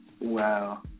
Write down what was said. Wow